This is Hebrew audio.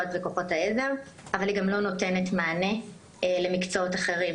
ולכל כוחות העזר אבל היא גם לא נותנת מענה למקצועות אחרים,